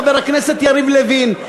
חבר הכנסת יריב לוין,